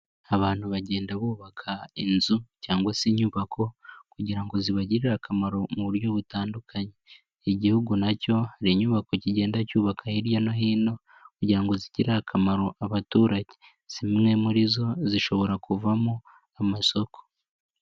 Abantu bagenda bubaka inzu cyangwa se inyubako kugira ngo zibagirire akamaro mu buryo butandukanye, Igihugu nacyo hari inyubako kigenda cyubakwa hirya no hino kugira ngo zigirire akamaro abaturage, zimwe muri zo zishobora kuvamo amasoko.